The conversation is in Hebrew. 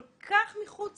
כל כך מחוץ